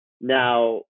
Now